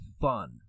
fun